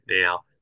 now